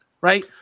right